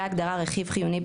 אחרי ההדרה "רכיב חיוני",